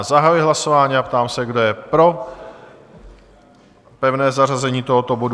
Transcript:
Zahajuji hlasování a ptám se, kdo je pro pevné zařazení tohoto bodu?